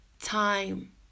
time